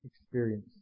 experience